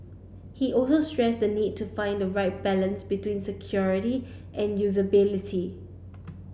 he also stressed the need to find the right balance between security and usability